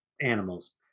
animals